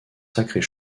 sacrés